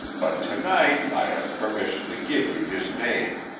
but to-night i have permission to give you his name.